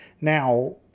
Now